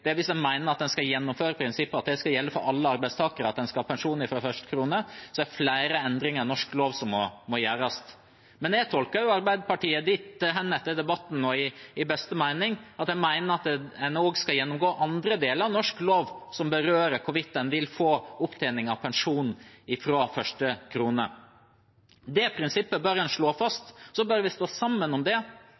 skal gjennomføre prinsippet om at alle arbeidstakere skal ha pensjon fra første krone, er det flere endringer i norsk lov som må gjøres. Men jeg tolker det Arbeiderpartiet sier i debatten, i beste mening. De mener at man også skal gjennomgå andre deler av norsk lov som berører hvorvidt man vil få opptjening av pensjon fra første krone. Det prinsippet bør man slå fast. Så bør vi stå sammen om det.